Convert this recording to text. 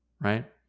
right